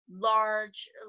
large